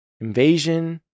Invasion